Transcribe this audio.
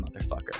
motherfucker